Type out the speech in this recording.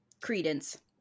Credence